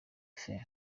faits